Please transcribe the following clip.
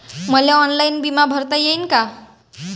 मले ऑनलाईन बिमा भरता येईन का?